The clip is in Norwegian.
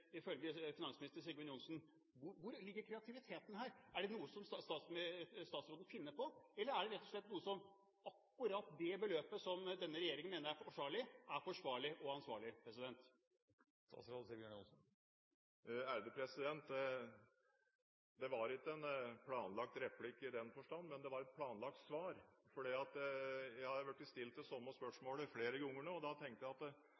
ifølge finansminister Sigbjørn Johnsen. Hvor ligger kreativiteten her? Er det noe som statsråden finner på? Eller er det rett og slett akkurat det beløpet regjeringen mener er forsvarlig, som er forsvarlig og ansvarlig? Det var ikke en planlagt replikk i den forstand, men det var et planlagt svar, for jeg har blitt stilt det samme spørsmålet flere ganger nå. Da tenkte jeg at